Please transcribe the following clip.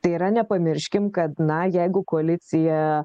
tai yra nepamirškim kad na jeigu koalicija